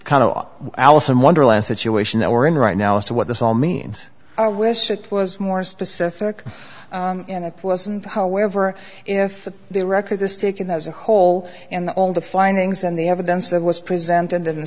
kind of alice in wonderland situation that we're in right now as to what this all means i wish it was more specific and it wasn't however if the record this ticket as a whole and all the findings and the evidence that was presented